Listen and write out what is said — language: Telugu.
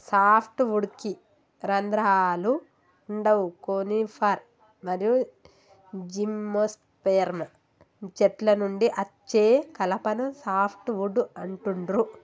సాఫ్ట్ వుడ్కి రంధ్రాలు వుండవు కోనిఫర్ మరియు జిమ్నోస్పెర్మ్ చెట్ల నుండి అచ్చే కలపను సాఫ్ట్ వుడ్ అంటుండ్రు